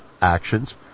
actions